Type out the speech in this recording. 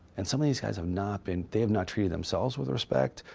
and some of these guys have not been. they have not treated themselves with respect,